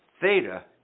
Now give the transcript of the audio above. Theta